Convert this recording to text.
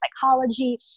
psychology